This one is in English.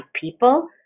people